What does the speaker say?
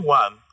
one